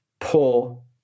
pull